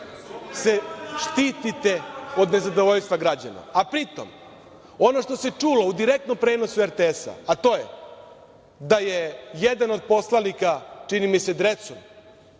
se štitite od nezadovoljstva građana. A, pri tom, ono što se čulo u direktnom prenosu RTS-a, a to je da je jedan od poslanika, čini mi se Drecun,